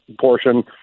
portion